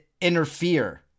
interfere